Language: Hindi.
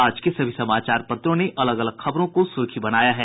आज के सभी समाचार पत्रों ने अलग अलग खबरों को सुर्खी बनाया है